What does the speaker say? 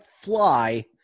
fly